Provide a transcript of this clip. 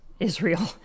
israel